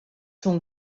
sont